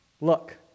Look